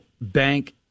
bank